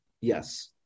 yes